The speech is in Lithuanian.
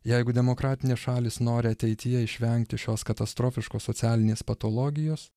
jeigu demokratinės šalys nori ateityje išvengti šios katastrofiškos socialinės patologijos